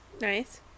Nice